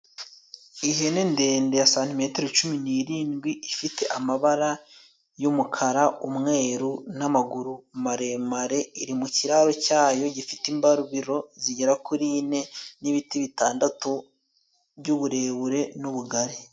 Ihene ndende ya santimetero cumi n'irindwi ifite amabara y'umukara, umweru n'amaguru maremare iri mu kiraro cyayo gifite imbariro zigera kuri ine n'ibiti bitandatu by'uburebure n'ubugari.